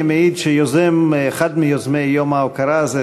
אני מעיד שאחד מיוזמי יום ההוקרה הזה,